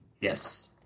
Yes